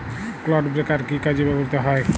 Clod breaker কি কাজে ব্যবহৃত হয়?